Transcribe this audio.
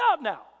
now